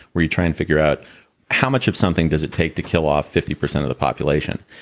where you're trying to figure out how much of something does it take to kill off fifty percent of the population.